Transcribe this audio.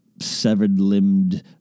severed-limbed